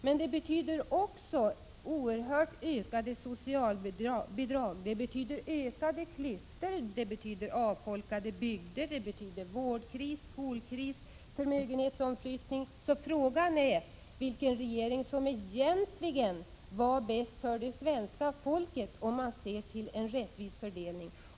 Men det betyder också oerhört många fler socialbidrag, ökade klyftor, avfolkade bygder, vårdkris, skolkris, förmögenhetsomflyttning, m.m. Frågan är därför vilken regering som egentligen är bäst för det svenska folket, om man ser till en rättvis fördelning.